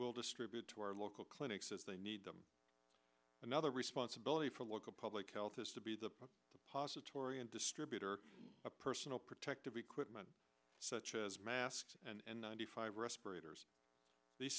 will distribute to our local clinics as they need them another responsibility for local public health has to be the pasta torreon distributor a personal protective equipment such as masks and ninety five respirators the